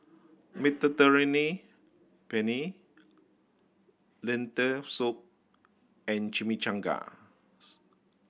Mediterranean Penne Lentil Soup and Chimichangas